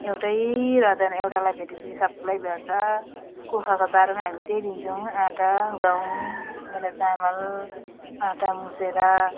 एउटै रहँदैन एउटालाई भेटेपछि सबलाई भेट्छ कुखुराको चारोमा हामी त्यही दिन्छौँ आँटा गहुँ कहिले चामल आँटा मुछेर